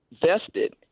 vested